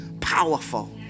powerful